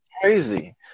Crazy